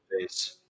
face